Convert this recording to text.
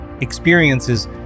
Experiences